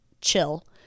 chill